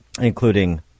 including